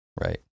Right